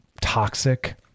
toxic